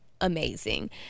amazing